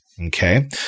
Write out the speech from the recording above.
Okay